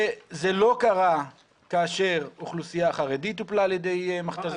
וזה לא קרה כאשר אוכלוסייה חרדית טופלה על ידי מכת"זיות,